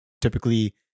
typically